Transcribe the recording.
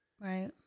right